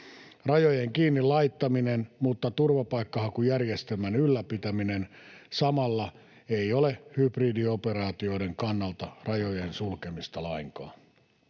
Rajojen kiinni laittaminen mutta turvapaikkahakujärjestelmän ylläpitäminen samalla ei ole hybridioperaatioiden kannalta rajojen sulkemista lainkaan.